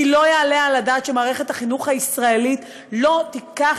כי לא יעלה על הדעת שמערכת החינוך הישראלית לא תיקח